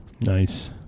nice